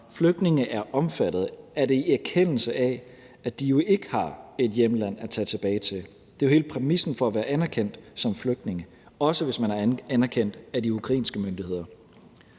flygtninge er omfattet, er det i erkendelse af, at de jo ikke har et hjemland at tage tilbage til. Det er jo hele præmissen for at være anerkendt som flygtninge, også hvis man er anerkendt af de ukrainske myndigheder.